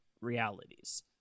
realities